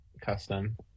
custom